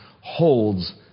holds